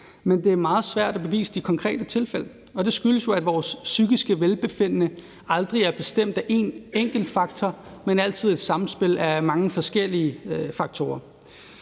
men det er meget svært at bevise de konkrete tilfælde. Det skyldes jo, at vores psykiske velbefindende aldrig er bestemt af en enkelt faktor, men altid af et samspil af mange forskellige faktorer.